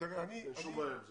אבל אין שום בעיה עם זה.